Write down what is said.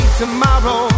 tomorrow